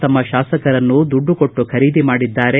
ತಮ್ನ ಶಾಸಕರನ್ನು ದುಡ್ಡು ಕೊಟ್ಟು ಖರೀದಿಮಾಡಿದ್ದಾರೆ